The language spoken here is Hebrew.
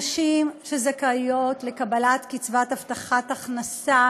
נשים שזכאיות לקבלת קצבת הבטחת הכנסה,